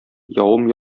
явым